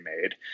made